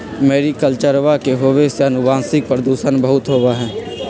मैरीकल्चरवा के होवे से आनुवंशिक प्रदूषण बहुत होबा हई